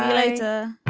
later